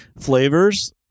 flavors